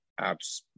apps